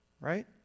right